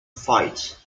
fight